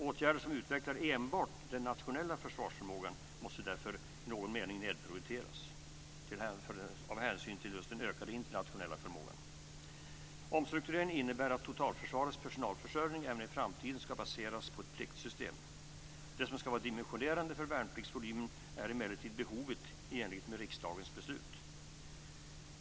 Åtgärder som utvecklar enbart den nationella försvarsförmågan måste därför i någon mening nedprioriteras, av hänsyn till just den ökade internationella förmågan. Omstruktureringen innebär att totalförsvarets personalförsörjning även i framtiden ska baseras på ett pliktsystem. Det som ska vara dimensionerande för värnpliktsvolymen är emellertid behovet, i enlighet med riksdagens beslut.